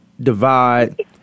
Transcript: divide